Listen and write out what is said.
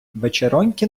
вечероньки